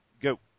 Go